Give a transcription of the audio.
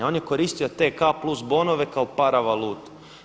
On je koristio te K plus bonove kao para valutu.